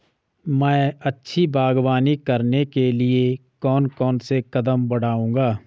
मैं अच्छी बागवानी करने के लिए कौन कौन से कदम बढ़ाऊंगा?